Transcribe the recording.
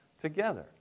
together